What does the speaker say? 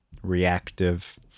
reactive